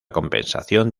compensación